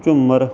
ਝੂਮਰ